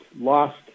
lost